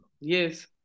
yes